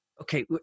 Okay